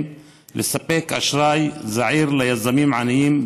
לספק אשראי זעיר ליזמים עניים,